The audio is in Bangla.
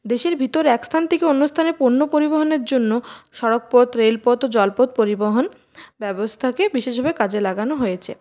দেশের ভিতর এক স্থান থেকে অন্যস্থানে পণ্য পরিবহণের জন্য সড়কপথ রেলপথ ও জলপথ পরিবহণ ব্যবস্থাকে বিশেষভাবে কাজে লাগানো হয়েছে